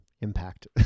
impact